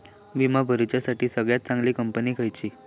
विमा भरुच्यासाठी सगळयात चागंली कंपनी खयची?